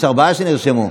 יש ארבעה שנרשמו.